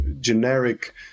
generic